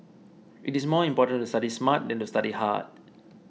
it is more important to study smart than to study hard